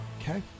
Okay